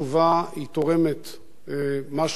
תורמת משהו לספר החוקים שלנו.